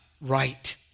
right